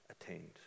attained